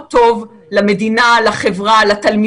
כל מה שאמרנו,